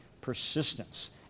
persistence